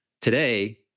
Today